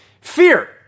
Fear